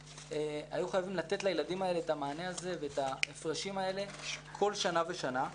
היו חייבים לתת לילדים האלה את המענה הזה ואת ההפרשים האלה כל שנה ושנה.